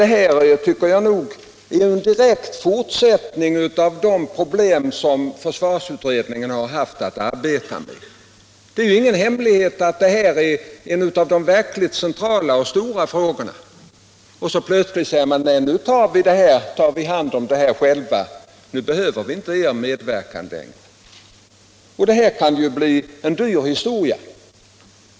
det här är en direkt fortsättning av de problem som försvarsutredningen haft att arbeta med. Det är ingen hemlighet att det här gäller en av de verkligt centrala frågorna. Och plötsligt säger man: Nej, nu tar vi hand om det här själva — nu behöver vi inte er medverkan längre! Det kan bli en dyr historia.